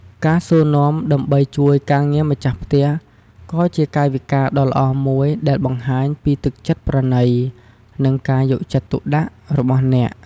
ការសួរនាំដើម្បីជួយការងារម្ចាស់ផ្ទះ ក៏ជាកាយវិការដ៏ល្អមួយដែលបង្ហាញពីទឹកចិត្តប្រណី និងការយកចិត្តទុកដាក់របស់អ្នក។